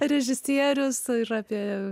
režisierius ir apie